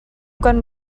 kan